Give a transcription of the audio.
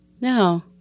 No